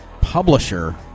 publisher